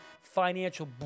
financial